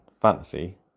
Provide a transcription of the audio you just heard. fantasy